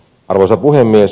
arvoisa puhemies